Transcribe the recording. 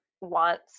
wants